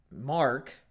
Mark